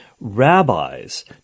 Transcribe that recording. rabbis